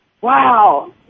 Wow